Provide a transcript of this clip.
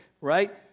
right